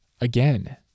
again